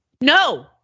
No